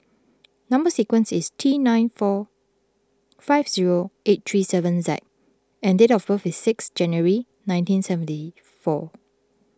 Number Sequence is T nine four five zero eight three seven Z and date of birth is six January nineteen seventy four